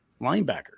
linebacker